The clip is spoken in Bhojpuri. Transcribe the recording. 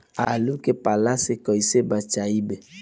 आलु के पाला से कईसे बचाईब?